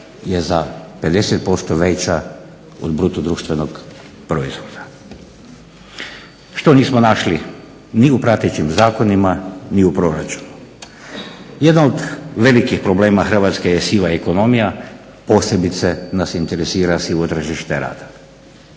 je za 50% veća od BDP-a što nismo našli ni u pratećim zakonima ni u proračunu. Jedna od velikih problema Hrvatske je siva ekonomija posebice nas interesira sivo tržište rada.